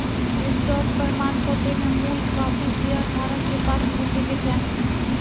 stock प्रमाणपत्र में मूल कापी शेयर धारक के पास होखे के चाही